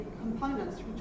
components